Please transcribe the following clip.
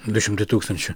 du šimtai tūkstančių